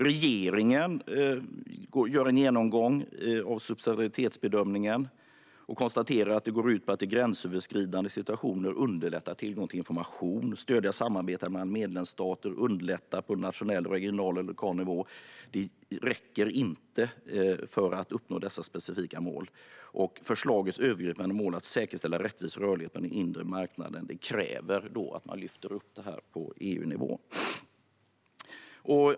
Regeringen gör en genomgång av subsidiaritetsbedömningen och konstaterar att detta går ut på att i gränsöverskridande situationer underlätta tillgång till information, stödja samarbete mellan medlemsstater och underlätta på nationell, regional och lokal nivå. Det räcker inte för att uppnå dessa specifika mål och föreslagets övergripande mål att säkerställa rättvis rörlighet på den inre marknaden. Det kräver att man lyfter upp detta på EU-nivå.